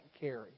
carry